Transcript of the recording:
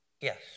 Yes